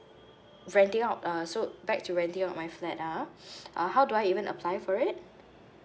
renting out uh so back to renting out my flat ah uh how do I even apply for it